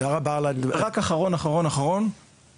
אחרון אנחנו